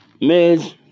Miz